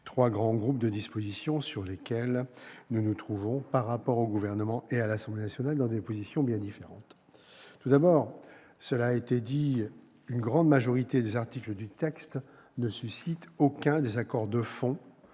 trois grands groupes de dispositions, sur lesquelles nous nous trouvons, par rapport au Gouvernement et à l'Assemblée nationale, dans des positions bien différentes. Tout d'abord, cela a été dit, une grande majorité des articles du texte ne suscitent aucun désaccord de fond